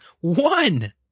One